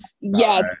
yes